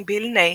עם ביל ניי,